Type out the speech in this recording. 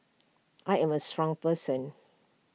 I am A strong person